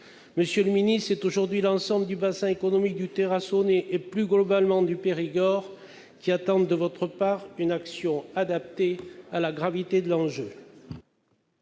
Monsieur le ministre d'État, c'est aujourd'hui l'ensemble du bassin économique du Terrassonnais et, plus globalement, du Périgord qui attend de votre part une action à la mesure de la gravité de l'enjeu.